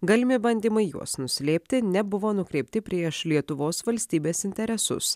galimi bandymai juos nuslėpti nebuvo nukreipti prieš lietuvos valstybės interesus